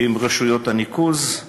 עם רשויות הניקוז,